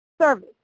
Service